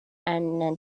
antonio